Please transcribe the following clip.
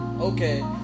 okay